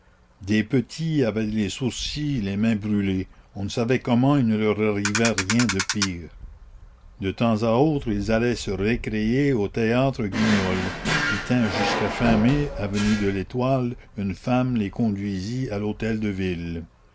des petits avaient les sourcils les mains brûlés on ne savait comment il ne leur arrivait rien de pire de temps à autre ils allaient se récréer au théâtre guignol qui tint jusqu'à fin mai avenue de l'étoile une femme les conduisit à lhôtel deville